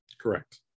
correct